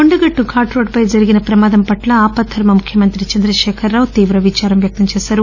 కొండగట్టు ఘాట్ రోడ్డుపై జరిగిన ప్రమాదం పట్ల ఆపద్దర్మ ముఖ్యమంత్రి చంద్రశేఖరరావు తీవ్ర విదారం వ్యక్తం చేశారు